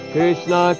Krishna